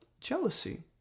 jealousy